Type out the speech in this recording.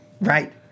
Right